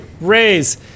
raise